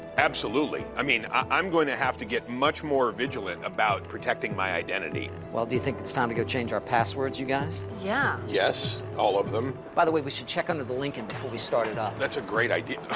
absolutely. i mean, i'm gonna have to get much more vigilant about protecting my identity. well, do you think it's time to go change our passwords, you guys? yeah. yes. all of them. by the way, we should check under the lincoln before we start it up. that's a great idea.